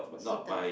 Sitoh